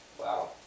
Wow